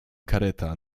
kareta